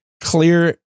clear